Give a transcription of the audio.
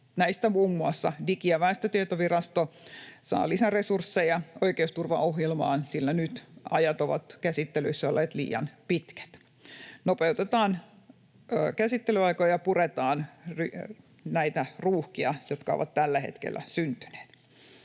Näistä muun muassa Digi- ja väestötietovirasto saa lisäresursseja oikeusturvaohjelmaan, sillä nyt ajat ovat käsittelyissä olleet liian pitkät. Nopeutetaan käsittelyaikoja, puretaan näitä ruuhkia, jotka ovat tällä hetkellä syntyneet.